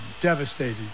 devastating